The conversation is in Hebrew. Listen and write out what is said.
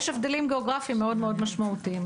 יש הבדלים גיאוגרפיים מאוד-מאוד משמעותיים.